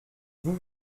vous